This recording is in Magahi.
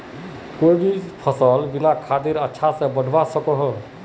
कोई भी सफल बिना खादेर अच्छा से बढ़वार सकोहो होबे?